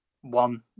one